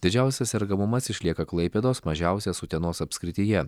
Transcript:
didžiausias sergamumas išlieka klaipėdos mažiausias utenos apskrityje